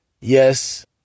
Yes